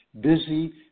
Busy